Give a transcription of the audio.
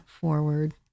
forward